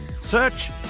Search